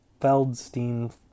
Feldstein